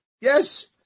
Yes